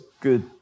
good